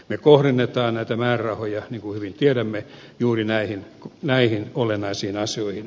me kohdennamme näitä määrärahoja niin kuin hyvin tiedämme juuri näihin olennaisiin asioihin